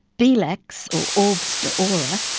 belaks, or orbs d'ora,